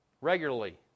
Regularly